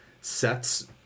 sets